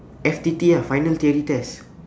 F_T_T ah final theory test